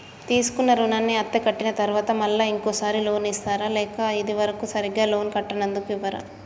తీసుకున్న రుణాన్ని అత్తే కట్టిన తరువాత మళ్ళా ఇంకో సారి లోన్ ఇస్తారా లేక ఇది వరకు సరిగ్గా లోన్ కట్టనందుకు ఇవ్వరా?